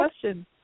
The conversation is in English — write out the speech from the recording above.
question